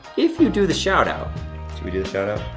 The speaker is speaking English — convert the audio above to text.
if you do the shout-out. should we do the shout-out?